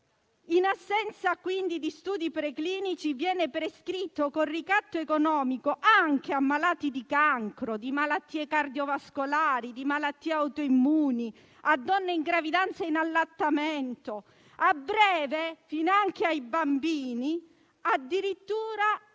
In assenza, quindi, di studi preclinici, viene prescritta con ricatto economico anche a malati di cancro, di malattie cardiovascolari, di malattie autoimmuni, a donne in gravidanza e in allattamento, a breve finanche ai bambini, addirittura